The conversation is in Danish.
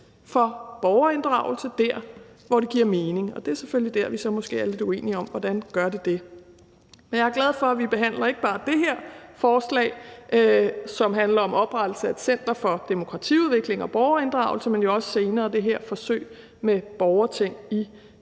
for borgerinddragelse der, hvor det giver mening. Og det er selvfølgelig der, vi måske er lidt uenige om, hvordan det gør det. Jeg er glad for, at vi ikke bare behandler det her forslag, som handler om oprettelse af et center for demokratiudvikling og borgerinddragelse, men senere også forslaget om det her forsøg med borgerting i Folketinget.